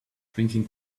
drinking